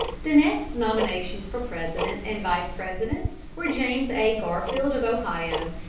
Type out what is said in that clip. the next nominations for president and vice-president were james a. garfield, of ohio,